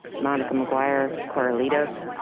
monica mcguire carlitos.